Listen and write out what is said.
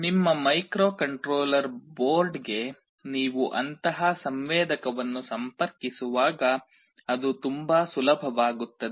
ನಿಮ್ಮ ಮೈಕ್ರೊಕಂಟ್ರೋಲರ್ ಬೋರ್ಡ್ಗೆ ನೀವು ಅಂತಹ ಸಂವೇದಕವನ್ನು ಸಂಪರ್ಕಿಸುವಾಗ ಅದು ತುಂಬಾ ಸುಲಭವಾಗುತ್ತದೆ